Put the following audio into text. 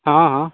हँ हँ